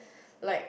like